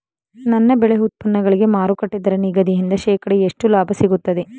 ನನ್ನ ಬೆಳೆ ಉತ್ಪನ್ನಗಳಿಗೆ ಮಾರುಕಟ್ಟೆ ದರ ನಿಗದಿಯಿಂದ ಶೇಕಡಾ ಎಷ್ಟು ಲಾಭ ಸಿಗುತ್ತದೆ?